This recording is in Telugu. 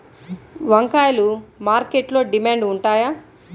వంకాయలు మార్కెట్లో డిమాండ్ ఉంటాయా?